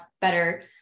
better